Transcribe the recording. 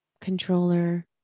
controller